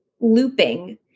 looping